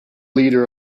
leader